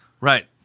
Right